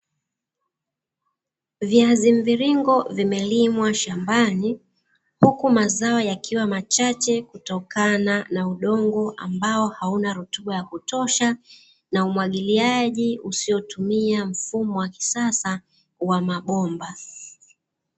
Viazi mviringo vimelimwa shambani, huku mazao yakiwa machache kutokana na udongo, ambao hauna rutuba ya kutosha na umwagiliaji usiotumia mfumo wa kisasa wa mabomba.